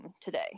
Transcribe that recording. today